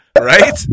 right